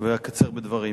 ואקצר בדברים.